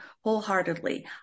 wholeheartedly